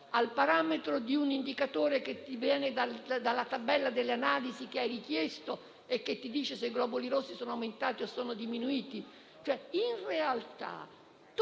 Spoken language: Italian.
il parametro di un indicatore che viene dalla tabella delle analisi che hai richiesto e che dice se i globuli rossi sono aumentati o sono diminuiti?